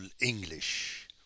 English